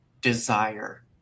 desire